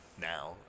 now